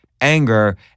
anger